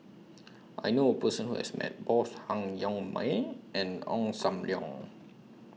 I knew A Person Who has Met Both Han Yong May and Ong SAM Leong